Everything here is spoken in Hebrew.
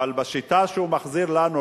אבל בשיטה שהוא מחזיר לנו,